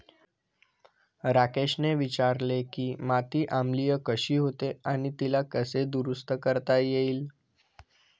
राकेशने विचारले की माती आम्लीय कशी होते आणि तिला कसे दुरुस्त करता येईल?